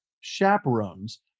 chaperones